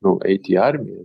nu eit į armiją